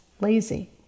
lazy